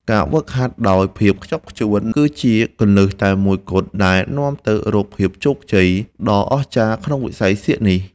ការហ្វឹកហាត់ដោយភាពខ្ជាប់ខ្ជួនគឺជាគន្លឹះតែមួយគត់ដែលនាំទៅរកភាពជោគជ័យដ៏អស្ចារ្យក្នុងវិស័យសៀកនេះ។